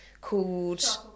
called